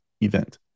event